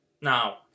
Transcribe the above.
Now